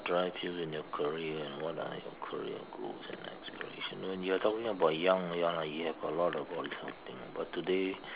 drive you in your career and what are your career goals and expiration when you are talking about young ya lah you have a lot things but today